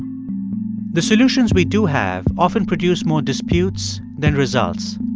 the solutions we do have often produce more disputes than results.